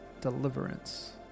deliverance